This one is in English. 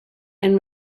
and